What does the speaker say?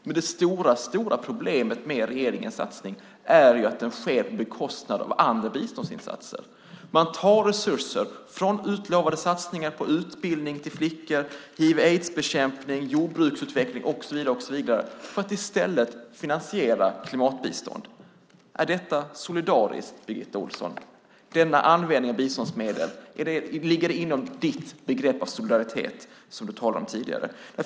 Men det stora problemet med regeringens satsning är att den sker på bekostnad av andra biståndsinsatser. Man tar resurser från utlovade satsningar på utbildning för flickor, hiv/aids-bekämpning, jordbruksutveckling och så vidare för att finansiera klimatbistånd. Är det solidariskt, Birgitta Ohlsson? Ligger denna användning av biståndsmedel inom ditt begrepp om solidaritet, som du talade om tidigare?